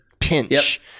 pinch